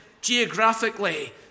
geographically